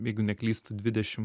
jeigu neklystu dvidešim